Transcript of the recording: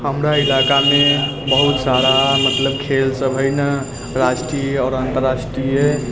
हमरा इलाका मे बहुत सारा मतलब खेल सब है न राष्ट्रीय आओर अंतर्राष्ट्रीय